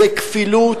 זו כפילות,